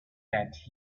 that